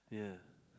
yeah